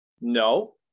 no